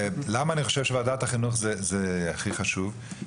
למה אני חושב שוועדת החינוך הכי חשובה?